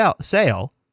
sale